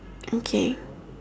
okay